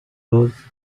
those